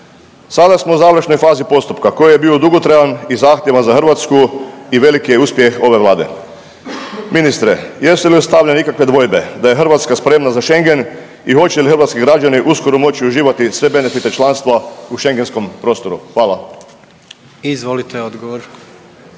Sada smo u završnoj fazi postupka koji je bio dugotrajan i zahtjevan za Hrvatsku i veliki uspjeh ove vlade. Ministre jesu li ostavljene ikakve dvojbe da je Hrvatska spremna za Schengen i hoće li hrvatski građani uskoro moći uživati sve benefite članstva u Schengenskom prostoru. Hvala. **Jandroković,